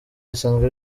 risanzwe